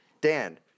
Dan